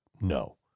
No